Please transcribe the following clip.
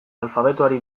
alfabetoari